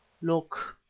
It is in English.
look!